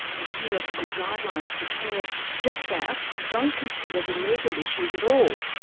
and the new ethical guidelines for care just out don't consider the legal issues at all,